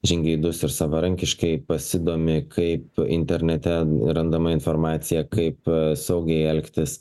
žingeidus ir savarankiškai pasidomi kaip internete randama informacija kaip saugiai elgtis